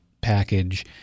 package